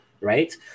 right